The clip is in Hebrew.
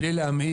בלי להמעיט,